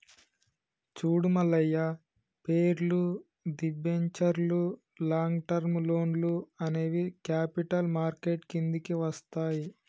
చూడు మల్లయ్య పేర్లు, దిబెంచర్లు లాంగ్ టర్మ్ లోన్లు అనేవి క్యాపిటల్ మార్కెట్ కిందికి వస్తాయి